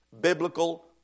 biblical